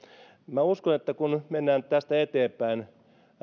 minä uskon että kun mennään tästä eteenpäin